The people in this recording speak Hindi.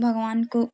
भगवान को